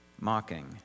mocking